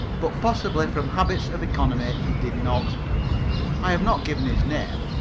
but, possibly from habits of economy, he did not. i have not given his name,